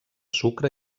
sucre